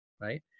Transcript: right